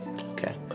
okay